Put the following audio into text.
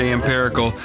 Empirical